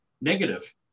negative